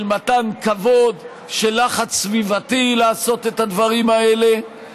של מתן כבוד, של לחץ סביבתי לעשות את הדברים האלה.